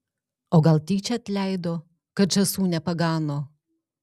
o gal tyčia atleido kad žąsų nepagano